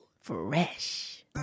Fresh